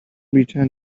return